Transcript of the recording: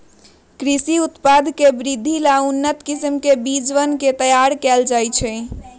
कृषि उत्पाद के वृद्धि ला उन्नत किस्म के बीजवन के तैयार कइल जाहई